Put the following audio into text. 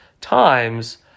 times